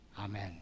Amen